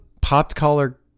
popped-collar